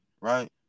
right